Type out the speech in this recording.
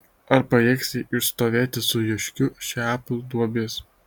ar pajėgs ji išstovėti su joškiu šiapus duobės